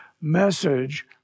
message